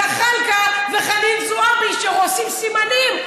זחאלקה וחנין זועבי, שעושים סימנים.